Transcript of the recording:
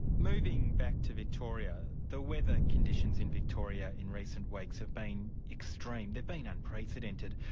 moving back to victoria, the weather conditions in victoria in recent weeks have been extreme, they've been unprecedented.